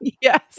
yes